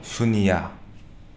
ꯁꯨꯅ꯭ꯌꯥ